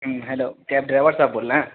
hello cab drive صاحب بول رہے ہیں